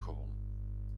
gewonnen